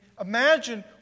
imagine